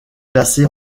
placé